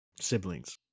Siblings